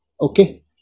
Okay